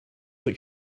like